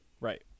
right